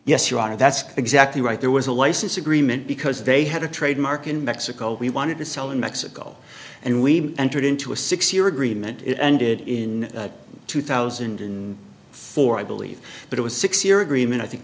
are that's exactly right there was a license agreement because they had a trademark in mexico we wanted to sell in mexico and we entered into a six year agreement it ended in two thousand and four i believe but it was six year agreement i think